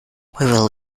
will